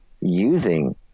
using